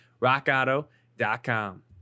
rockauto.com